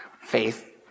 faith